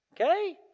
Okay